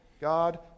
God